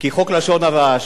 כי חוק לשון הרע,